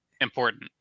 important